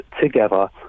together